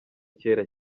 kera